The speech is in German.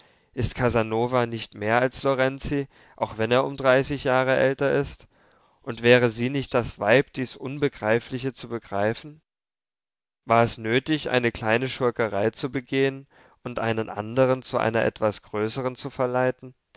ist casanova nicht mehr als lorenzi auch wenn er um dreißig jahre älter ist und wäre sie nicht das weib dies unbegreifliche zu begreifen war es nötig eine kleine schurkerei zu begehen und einen andern zu einer etwas größern zu verleiten